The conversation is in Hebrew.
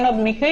יש עוד מקרים.